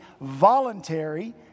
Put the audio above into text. voluntary